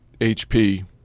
HP